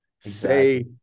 Say